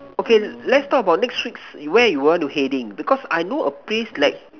okay let's talk about next weeks where you want to heading because I know a place like